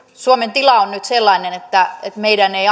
suomen tila on nyt sellainen että meidän ei